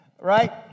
right